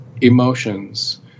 emotions